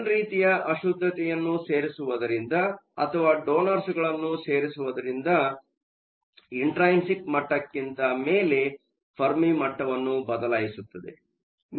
N ರೀತಿಯ ಅಶುದ್ಧತೆಯನ್ನು ಸೇರಿಸುವುದರಿಂದ ಅಥವಾ ಡೋನರ್ಸ ಗಳನ್ನು ಸೇರಿಸುವುದರಿಂದ ಇಂಟ್ರೈನ್ಸಿಕ್ ಮಟ್ಟಕ್ಕಿಂತ ಮೇಲೆ ಫೆರ್ಮಿ ಮಟ್ಟವನ್ನು ಬದಲಾಯಿಸುತ್ತದೆ